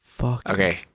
Okay